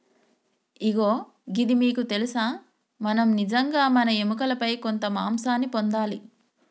ఇగో గిది మీకు తెలుసా మనం నిజంగా మన ఎముకలపై కొంత మాంసాన్ని పొందాలి